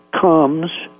comes